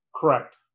Correct